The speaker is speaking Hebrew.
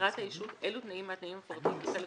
הצהרת הישות אילו תנאים מהתנאים המפורטים בחלק VIII,